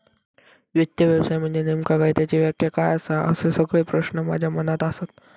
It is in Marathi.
वित्त व्यवसाय म्हनजे नेमका काय? त्याची व्याख्या काय आसा? असे सगळे प्रश्न माझ्या मनात आसत